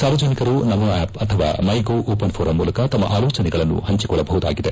ಸಾರ್ವಜನಿಕರು ನಮೋ ಆಪ್ ಅಥವಾ MyGov open forum ಮೂಲಕ ತಮ್ನ ಆಲೋಚನೆಗಳನ್ನು ಹಂಚಿಕೊಳ್ಳಬಹುದಾಗಿದೆ